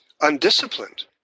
undisciplined